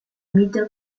middle